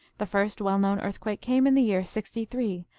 the first well-known earthquake came in the year sixty three,